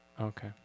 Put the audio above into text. okay